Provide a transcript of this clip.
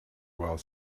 while